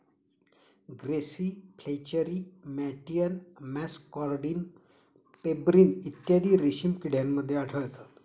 grasserie flacherie मॅटियन muscardine pebrine इत्यादी रेशीम किड्यांमध्ये आढळतात